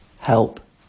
Help